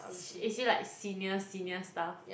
is is she like senior senior staff